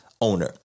Owner